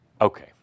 Okay